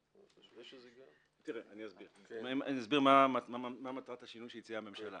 אני אסביר מה מטרת השינוי שהציעה הממשלה